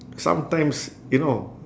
sometimes you know